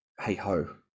hey-ho